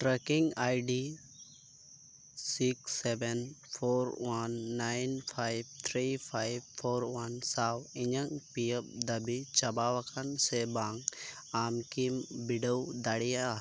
trekking ID six seven four one nine five three five four one ᱥᱟᱶ ᱤᱧᱟᱹᱜ P F ᱫᱟᱹᱵᱤ ᱪᱟᱵᱟᱣ ᱟᱠᱟᱱᱟ ᱥᱮᱵᱟᱝ ᱟᱢᱠᱤᱢ ᱵᱤᱰᱟᱹᱣ ᱫᱟᱲᱮᱭᱟᱜᱼᱟ